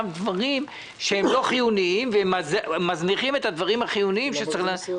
דברים שהם לא חיוניים ומזניחים את הדברים החיוניים שצריך לעשות.